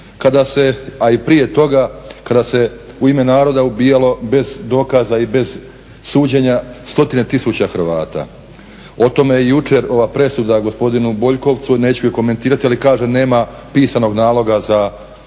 a i prije toga, kada se u ime naroda ubijalo bez dokaza i bez suđenja stotine tisuća Hrvata. O tome i jučer ova presuda gospodinu Boljkovcu, neću je komentirati, ali kažem nema pisanog naloga na